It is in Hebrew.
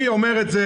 אני אומר את זה.